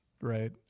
Right